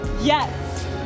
Yes